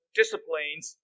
disciplines